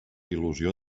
il·lusió